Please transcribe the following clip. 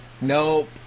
Nope